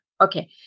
Okay